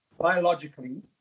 biologically